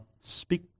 Speak